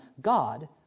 God